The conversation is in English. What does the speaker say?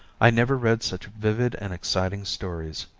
i never read such vivid and exciting stories.